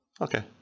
Okay